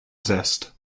zest